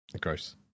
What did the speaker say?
Gross